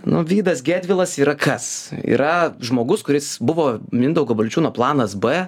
nu vydas gedvilas yra kas yra žmogus kuris buvo mindaugo balčiūno planas b